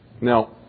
Now